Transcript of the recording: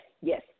yes